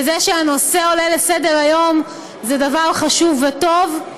וזה שהנושא עולה לסדר-היום זה דבר חשוב וטוב,